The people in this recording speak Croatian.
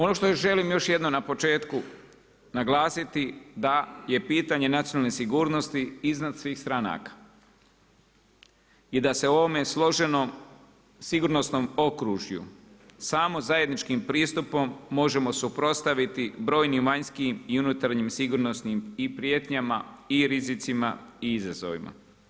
Ono što želim još jednom na početku naglasiti da je pitanje nacionalne sigurnosti iznad svih stranaka i da se o ovome složenom sigurnosnom okružju samo zajedničkim pristupom možemo suprotstaviti brojnim vanjskim i unutarnjim sigurnosnim i prijetnjama i rizicima i izazovima.